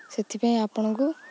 ସେଥିପାଇଁ ଆପଣଙ୍କୁ